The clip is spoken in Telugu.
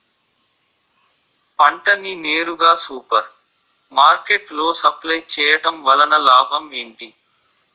పంట ని నేరుగా సూపర్ మార్కెట్ లో సప్లై చేయటం వలన లాభం ఏంటి?